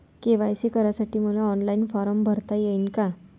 KYC करासाठी मले online form भरता येईन का?